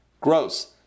gross